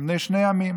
הם בני שני עמים.